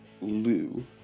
Lou